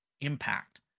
impact